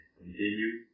continue